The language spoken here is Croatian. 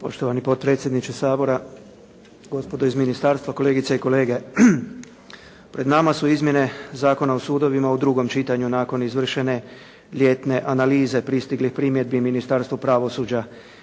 Poštovani potpredsjedniče Sabora, gospodo iz ministarstva, kolegice i kolege. Pred nama su izmjene Zakona o sudovima u drugom čitanju nakon izvršene ljetne analize. Pristigle primjedbe Ministarstva pravosuđa.